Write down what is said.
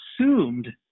assumed